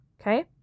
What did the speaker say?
Okay